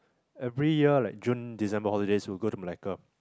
every year like June December holidays we will go to Malacca